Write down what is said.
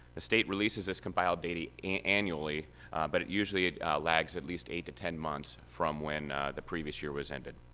the state releases this compiled data annually but it usually lags at least eight to ten months from when the previous year was ended.